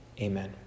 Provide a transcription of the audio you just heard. amen